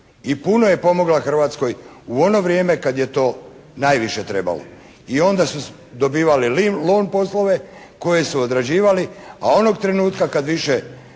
i puno je pomogla Hrvatskoj u ono vrijeme kad je to najviše trebalo i onda su dobivali lom poslove koje su odrađivali, a onog trenutka kad više